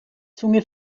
zunge